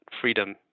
freedom